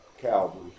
Calvary